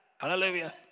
Hallelujah